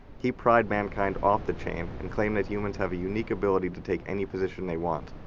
he pried mankind off the chain and claimed that humans have a unique ability to take any position they want.